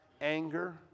anger